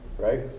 Right